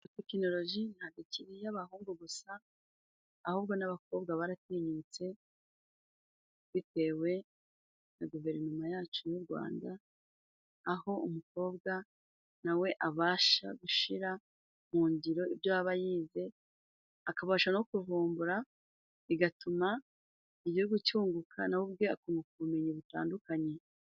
Tekinologi ntabwo ikiri iy'abahungu gusa, ahubwo n'abakobwa baratinyutse bitewe na Guverinoma yacu y'u Rwanda aho umukobwa na we abasha gushyira mu ngiro ibyo yaba yize, akabasha no kuvumbura, bigatuma igihugu cyunguka na we ubwe akunguka ubumenyi butandukanye.